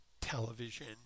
television